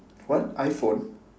what iPhone